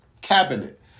cabinet